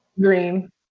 Green